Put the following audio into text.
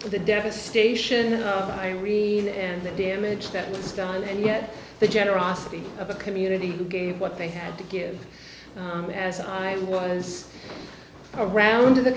the devastation i read and the damage that was done and yet the generosity of a community who gave what they had to give me as i was around